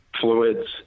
fluids